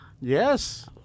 Yes